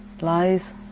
lies